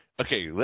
okay